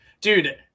Dude